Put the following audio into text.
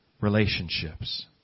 relationships